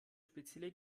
spezielle